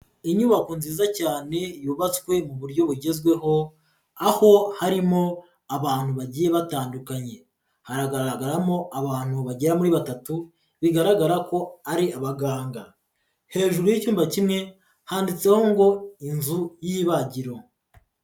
Inyubako nziza cyane yubatswe mu buryo bugezweho aho harimo abantu bagiye batandukanye, haragaragaramo abantu bagera muri batatu bigaragara ko ari abaganga, hejuru y'icyumba kimwe handitseho ngo inzu y'ibagiro.